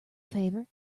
favor